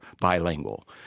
bilingual